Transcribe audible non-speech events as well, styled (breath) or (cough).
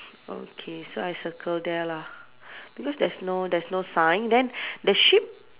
okay so I circle there lah (breath) because there's no there's no sign then then (breath) the sheep